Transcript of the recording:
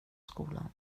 skolan